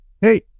hey